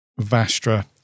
Vastra